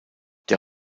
der